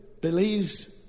believes